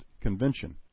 Convention